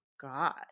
God